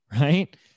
right